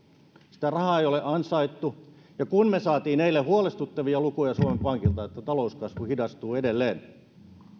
sitä rahaa ei ole ansaittu ja kun me saimme eilen huolestuttavia lukuja suomen pankilta että talouskasvu hidastuu edelleen